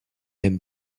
aime